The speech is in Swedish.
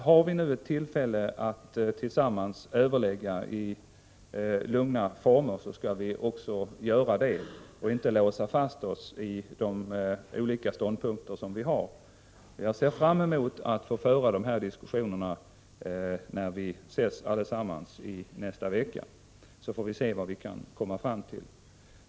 Har vi nu ett tillfälle att tillsammans överlägga i lugna former, så tycker jag att vi också skall göra det och inte låsa fast oss i de olika ståndpunkter som vi har. Jag ser fram emot att få föra dessa diskussioner när vi ses allesammans nästa vecka. Då får vi se vad vi kan komma fram till.